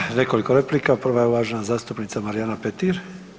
Imamo nekoliko replika, prva je uvažena zastupnica Marijana Petir.